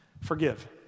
forgive